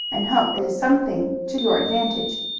and hope it is something to your advantage.